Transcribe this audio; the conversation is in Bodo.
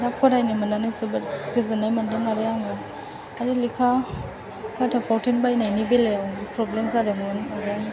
दा फरायनो मोन्नानै जोबोर गोजोन्नाय मोनदों आरो लेखा खाथा फावथेन बायनायनि बेलायाव प्रब्लेम जादोंमोन